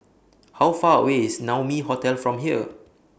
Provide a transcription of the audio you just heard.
How Far away IS Naumi Hotel from here